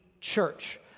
church